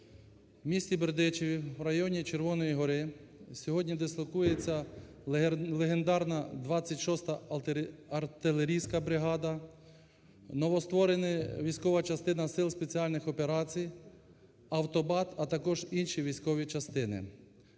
В місті Бердичеві в районі Червоної Гори сьогодні дислокується легендарна 26 артилерійська бригада, новостворена військова частина сил спеціальних операцій "Автобат", а також інші військові частини.